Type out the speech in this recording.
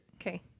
Okay